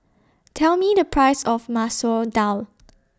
Tell Me The Price of Masoor Dal